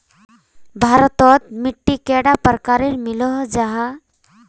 भारत तोत मिट्टी कैडा प्रकारेर मिलोहो जाहा?